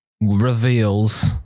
reveals